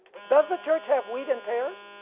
does the church have wheat and tares?